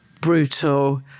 brutal